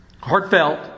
heartfelt